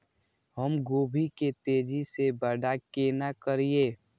हम गोभी के तेजी से बड़ा केना करिए?